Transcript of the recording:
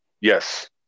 yes